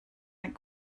that